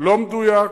לא מדויק.